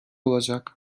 olacak